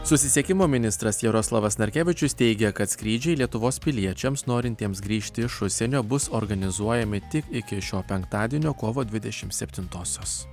susisiekimo ministras jaroslavas narkevičius teigia kad skrydžiai lietuvos piliečiams norintiems grįžti iš užsienio bus organizuojami tik iki šio penktadienio kovo dvidešimt septintosios